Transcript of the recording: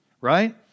Right